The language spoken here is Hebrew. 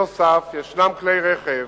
נוסף על כך יש כלי רכב